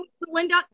Linda